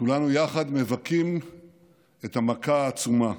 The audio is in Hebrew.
כולנו יחד מבכים את המכה העצומה,